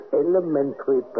elementary